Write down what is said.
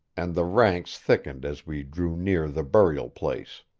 and the ranks thickened as we drew near the burial-place.